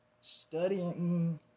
studying